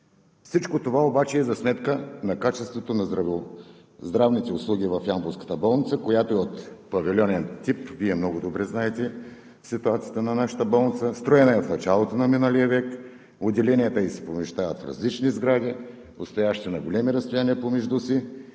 Всичко това обаче е за сметка на качеството на здравните услуги в ямболската болница, която е от павилионен тип. Вие много добре знаете ситуацията на нашата болница. Строена е в началото на миналия век, отделенията ѝ се помещават в различни сгради, отстоящи на големи разстояние помежду си,